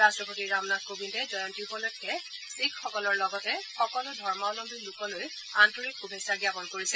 ৰাট্টপতি ৰামনাথ কোবিন্দে জয়ন্তী উপলক্ষে শিখসকলৰ লগতে সকলো ধৰ্মৱলমী লোকসকললৈ আন্তৰিক শুভেচ্ছা জ্ঞাপন কৰিছে